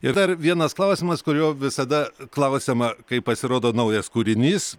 ir dar vienas klausimas kurio visada klausiama kai pasirodo naujas kūrinys